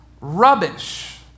rubbish